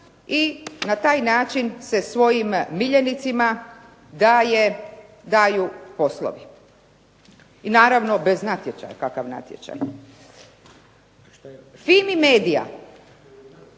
i na taj način se svojim miljenicima daju poslovi. I naravno bez natječaja, kakav natječaj. "FIMI Media"